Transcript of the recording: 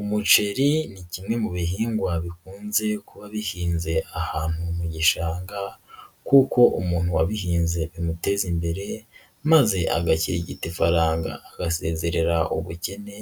Umuceri ni kimwe mu bihingwa bikunze kuba bihinze ahantu mu gishanga kuko umuntu wabihinze bimuteza imbere, maze agakirigita ifaranga agasezerera ubukene